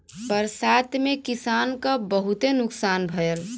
बरसात में किसान क बहुते नुकसान भयल